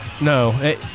No